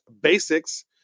basics